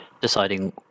deciding